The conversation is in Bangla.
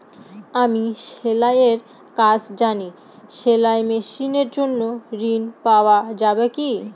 আমি সেলাই এর কাজ জানি সেলাই মেশিনের জন্য ঋণ পাওয়া যাবে কি?